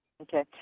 okay